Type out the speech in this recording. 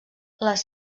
les